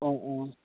অঁ অঁ